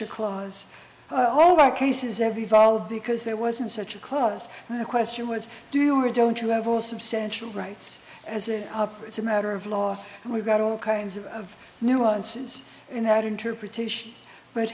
a clause all of our cases have evolved because there wasn't such a clause and the question was do or don't you have all substantial rights as an up or it's a matter of law and we've got all kinds of of nuances in that interpretation but